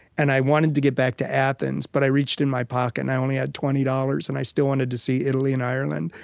and i wanted to get back to athens, but i reached in my pocket and i only had twenty dollars, dollars, and i still wanted to see italy and ireland.